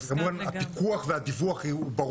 אז כמובן הפיקוח והדיווח יהיו,